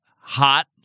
hot